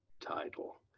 title